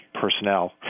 personnel